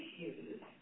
issues